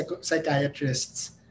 psychiatrists